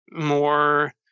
more